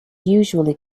usually